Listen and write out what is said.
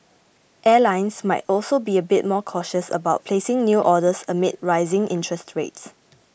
airlines might also be a bit more cautious about placing new orders amid rising interest rates